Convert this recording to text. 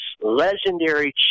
legendary